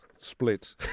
split